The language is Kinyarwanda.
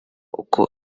uko